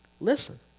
Listen